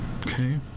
Okay